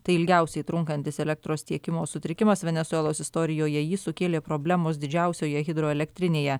tai ilgiausiai trunkantis elektros tiekimo sutrikimas venesuelos istorijoje jį sukėlė problemos didžiausioje hidroelektrinėje